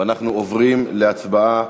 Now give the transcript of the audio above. ואנחנו עוברים להצבעה